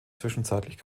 zwischenzeitlich